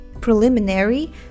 preliminary